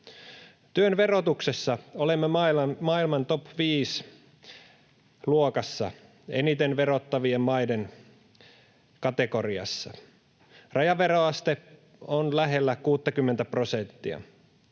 Työn verotuksessa olemme maailman top 5 ‑luokassa eniten verottavien maiden kategoriassa. Rajaveroaste on lähellä 60:tä prosenttia.